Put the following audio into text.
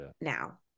now